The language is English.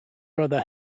brother